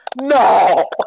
no